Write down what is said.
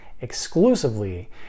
exclusively